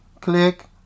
click